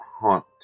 haunt